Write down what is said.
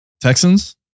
Texans